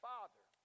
Father